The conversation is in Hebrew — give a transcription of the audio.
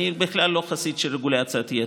אני בכלל לא חסיד של רגולציית יתר.